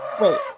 wait